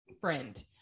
friend